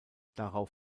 darauf